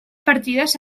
partides